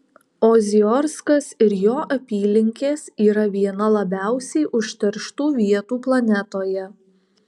oziorskas ir jo apylinkės yra viena labiausiai užterštų vietų planetoje